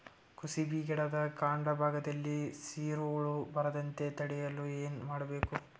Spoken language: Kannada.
ಕುಸುಬಿ ಗಿಡದ ಕಾಂಡ ಭಾಗದಲ್ಲಿ ಸೀರು ಹುಳು ಬರದಂತೆ ತಡೆಯಲು ಏನ್ ಮಾಡಬೇಕು?